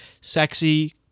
sexy